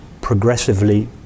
progressively